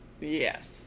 yes